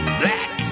black